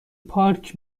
پارک